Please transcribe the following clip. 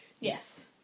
Yes